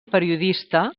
periodista